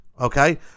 Okay